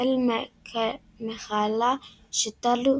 החל מכאלה שתלו